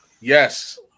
Yes